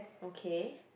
okay